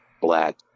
black